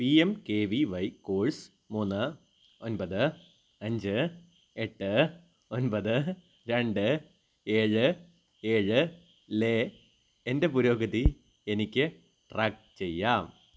P M K V Y course മൂന്ന് ഒൻപത് അഞ്ച് എട്ട് ഒൻപത് രണ്ട് ഏഴ് ഏഴിലെ എൻ്റെ പുരോഗതി എനിക്ക് ട്രാക്ക് ചെയ്യാം